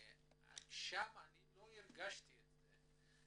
שם אני לא הרגשתי את זה.